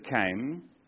came